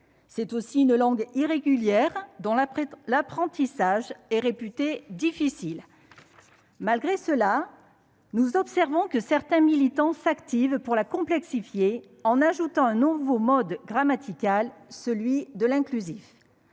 C'est aussi une langue irrégulière, dont l'apprentissage est réputé difficile. Malgré cela, nous observons que certains militants s'activent pour la complexifier en ajoutant un nouveau mode grammatical : l'inclusif.